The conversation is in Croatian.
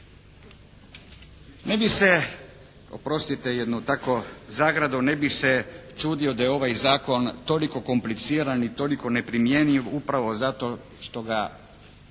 Ne bih se oprostite jednu takvu zagradu, ne bih se čudio da je ovaj zakon toliko kompliciran i toliko neprimjenjiv upravo zato što ga